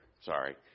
sorry